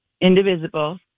indivisible